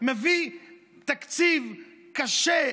מביא תקציב קשה,